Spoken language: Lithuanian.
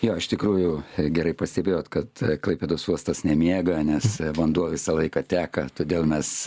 jo iš tikrųjų gerai pastebėjot kad klaipėdos uostas nemiega nes vanduo visą laiką teka todėl mes